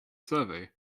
survey